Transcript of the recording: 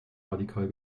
radikal